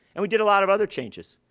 and we did a lot of other changes.